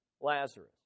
Lazarus